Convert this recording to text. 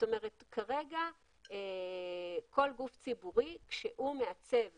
כרגע כל גוף ציבורי, כשהוא מעצב